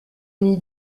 n’y